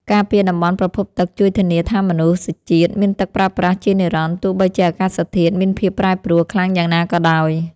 ការពារតំបន់ប្រភពទឹកជួយធានាថាមនុស្សជាតិមានទឹកប្រើប្រាស់ជានិរន្តរ៍ទោះបីជាអាកាសធាតុមានភាពប្រែប្រួលខ្លាំងយ៉ាងណាក៏ដោយ។